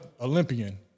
olympian